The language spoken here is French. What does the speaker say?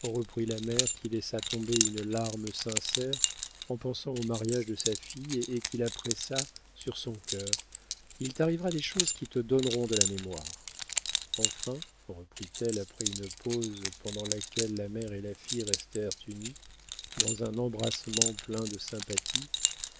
la mère qui laissa tomber une larme sincère en pensant au mariage de sa fille et qui la pressa sur son cœur il t'arrivera des choses qui te donneront de la mémoire enfin reprit-elle après une pause pendant laquelle la mère et la fille restèrent unies dans un embrassement plein de sympathie